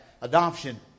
adoption